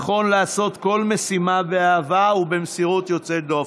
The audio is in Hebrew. נכון לעשות כל משימה באהבה ובמסירות יוצאת דופן.